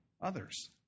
others